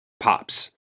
pops